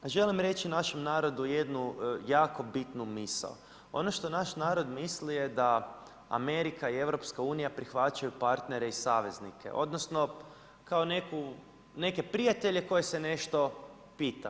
Želim reći našem narodu jednu jako bitnu misao, ono što naš narod misli je da Amerika i EU prihvaćaju partnere i saveznike, odnosno kao neke prijatelje koje se nešto pita.